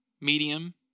medium